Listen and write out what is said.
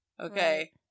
Okay